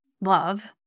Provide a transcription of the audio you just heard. love